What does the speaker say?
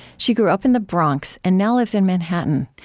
she grew up in the bronx and now lives in manhattan.